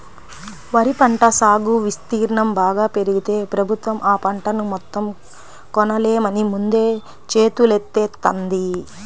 వరి పంట సాగు విస్తీర్ణం బాగా పెరిగితే ప్రభుత్వం ఆ పంటను మొత్తం కొనలేమని ముందే చేతులెత్తేత్తంది